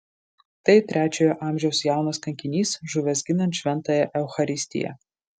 tai trečiojo amžiaus jaunas kankinys žuvęs ginant šventąją eucharistiją